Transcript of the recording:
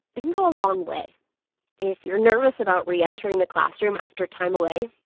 it can go a long way if you're nervous about re-entering the classroom after time away,